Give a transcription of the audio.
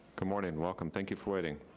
good morning, welcome, thank you for waiting.